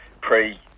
pre